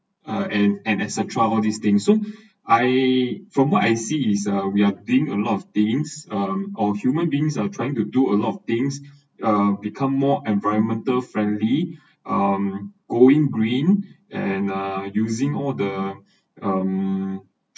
uh and and et cetera all these thing so I from what I see is uh we are paying a lot of things uh our human beings are trying to do a lot of things uh become more environmental friendly um going green and uh using all the um